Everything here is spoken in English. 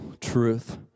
truth